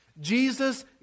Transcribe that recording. Jesus